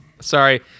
Sorry